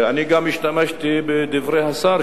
אני גם השתמשתי בדברי השר,